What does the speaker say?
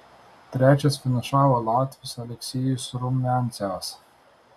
trečias finišavo latvis aleksejus rumiancevas